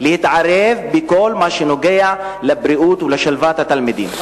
להתערב בכל מה שנוגע לבריאות ולשלוות התלמידים.